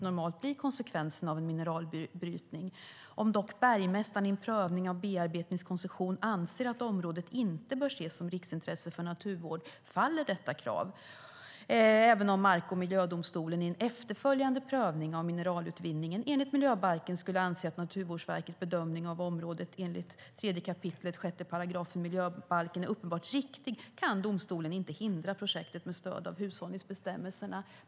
Om dock bergmästaren i en prövning av bearbetningskoncession anser att området inte bör ses som riksintresse för naturvård, faller detta krav. Även om mark och miljödomstolen i en efterföljande prövning av mineralutvinningen enligt miljöbalken skulle anse att Naturvårdsverkets bedömning av området enligt 3 kap. 6 § miljöbalken är uppenbart riktig, kan domstolen inte hindra projektet med stöd av hushållningsbestämmelserna."